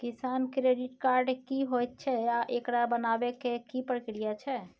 किसान credit card की होयत छै आ एकरा बनाबै के की प्रक्रिया छै?